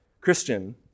Christian